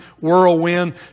whirlwind